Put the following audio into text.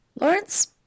Lawrence